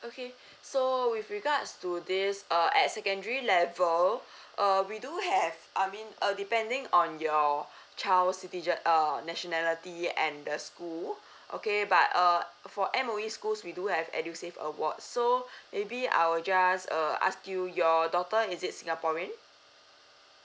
okay so with regards to this uh at secondary level uh we do have I mean uh depending on your child's citizen~ uh nationality and the school okay but uh for M_O_E schools we do have edusave award so maybe I will just uh ask you your daughter is it singaporean